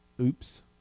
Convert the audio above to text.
oops